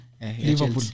Liverpool